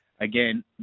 again